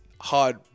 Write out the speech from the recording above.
Hard